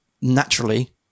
naturally